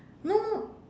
no